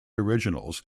originals